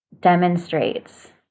demonstrates